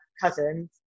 cousins